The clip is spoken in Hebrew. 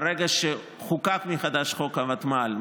ברגע שחוקק מחדש חוק הוותמ"ל,